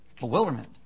Bewilderment